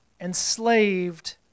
enslaved